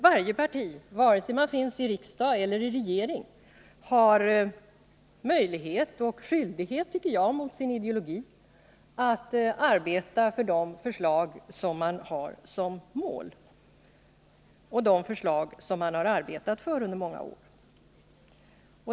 Varje parti har ju en skyldighet mot sin ideologi att arbeta för de förslag som syftar till att nå ett mål som man har arbetat för under många år.